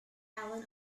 allan